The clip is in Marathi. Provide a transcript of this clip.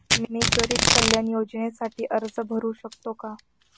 मी गरीब कल्याण योजनेसाठी अर्ज भरू शकतो का?